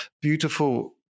beautiful